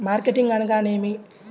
Marketing అనగానేమి?